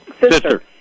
Sister